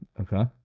Okay